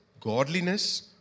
godliness